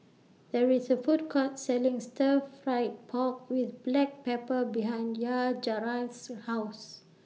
There IS A Food Court Selling Stir Fry Pork with Black Pepper behind Yajaira's House